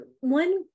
one